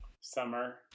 Summer